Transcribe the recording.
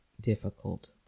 difficult